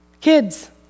Kids